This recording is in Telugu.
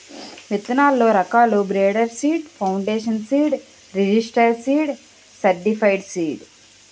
విత్తనాల్లో రకాలు breeder seed, foundation seed, registered seed, certified seed